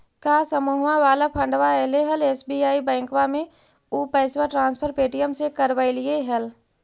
का समुहवा वाला फंडवा ऐले हल एस.बी.आई बैंकवा मे ऊ पैसवा ट्रांसफर पे.टी.एम से करवैलीऐ हल?